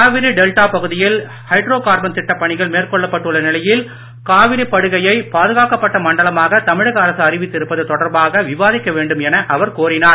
Kaveri delta பகுதியில் hydrocarbon திட்டப் பணிகள் மேற்கொள்ளப்பட்டுள்ள நிலையில் காவிரி படுகையை அரசு அறிவித்திருப்பது தொடர்பாக விவாதிக்க வேண்டும் என அவர் கோரினார்